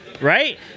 right